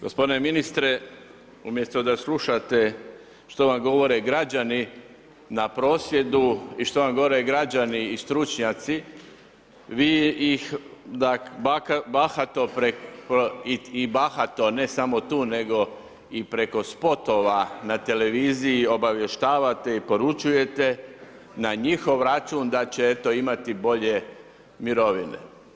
Gospodine ministre, umjesto da slušate što vam govore građani na prosvjedu i što vam govore građani i stručnjaci, vi ih bahato i bahato ne samo tu, nego i preko spotova na televiziji obavještavate i poručujete na njihov račun da će eto imati bolje mirovine.